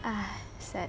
!hais! sad